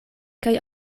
kaj